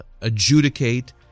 adjudicate